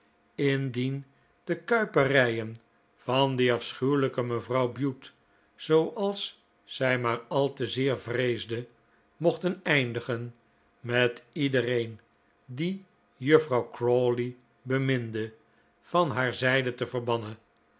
indien de kuiperijen van die afschuwelijke mevrouw bute zooals zij maar al te zeer vreesde mochten eindigen met iedereen die juffrouw crawley beminde van haar zijde te verbannen